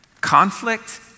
conflict